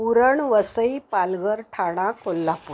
पुरण वसई पालघर ठाणा कोल्हापूर